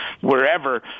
wherever